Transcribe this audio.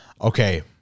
okay